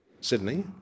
Sydney